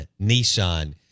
Nissan